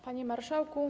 Panie Marszałku!